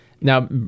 now